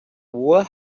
world